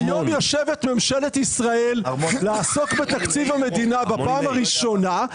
היום יושבת ממשלת ישראל לעסוק בתקציב המדינה בפעם הראשונה,